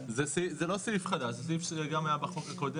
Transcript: הכסף חייב לעבור לבתי החולים דרך משרד הבריאות ולא דרך קופות